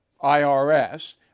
IRS